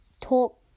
talk